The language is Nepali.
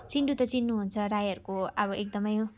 चिन्डु त चिन्नुहुन्छ राईहरूको अब एकदमै